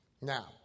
Now